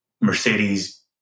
Mercedes